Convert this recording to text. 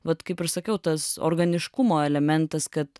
vat kaip ir sakiau tas organiškumo elementas kad